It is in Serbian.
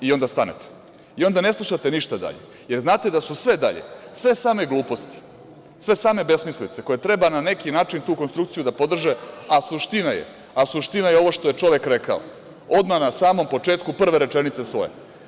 I, onda stanete i onda ne slušate ništa dalje, jer znate da su sve dalje sve same gluposti, sve same besmislice koje treba na neki način tu konstrukciju da podrže, a suština je ovo što je čovek rekao odmah na samom početku prve rečenice svoje.